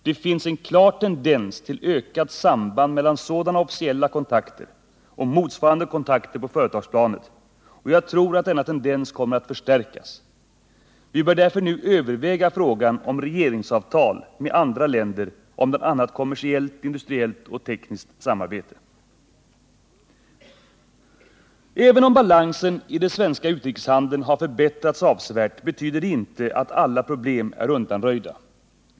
Det finns en klar tendens till ökat samband mellan sådana officiella kontakter och motsvarande kontakter på företagsplanet, och jag tror denna tendens kommer att förstärkas. Vi bör därför nu överväga frågan om regeringsavtal med andra länder om bl.a. kommersiellt, industriellt och tekniskt samarbete. Även om balansen i den svenska utrikeshandeln har förbättrats avsevärt betyder det inte att alla problem är undanröjda.